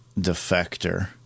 defector